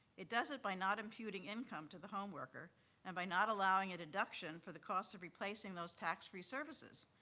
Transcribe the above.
it does it by not imputing income to the homeworker and by not allowing a deduction for the cost of replacing those tax-free services.